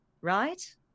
Right